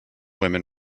women